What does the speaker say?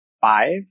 five